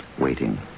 Waiting